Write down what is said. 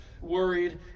worried